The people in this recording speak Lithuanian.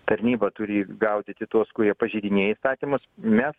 tarnyba turi gaudyti tuos kurie pažeidinėja įstatymus mes